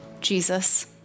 Jesus